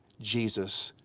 jesus,